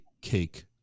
cake